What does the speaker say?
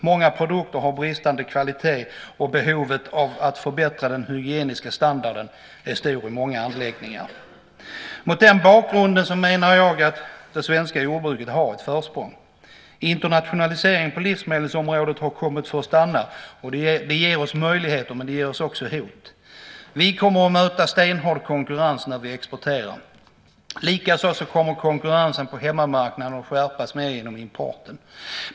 Många produkter har bristande kvalitet, och behovet av att förbättra den hygieniska standarden är stor i många anläggningar. Mot den bakgrunden menar jag att det svenska jordbruket har ett försprång. Internationaliseringen på livsmedelsområdet har kommit för att stanna. Det ger oss möjligheter, men det innebär också hot. Vi kommer att möta en stenhård konkurrens när vi exporterar. Likaså kommer konkurrensen på hemmamarknaden att skärpas genom importen.